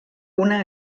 una